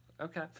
okay